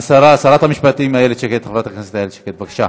שרת המשפטים, חברת הכנסת איילת שקד, בבקשה.